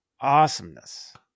Awesomeness